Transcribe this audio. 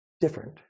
different